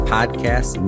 Podcast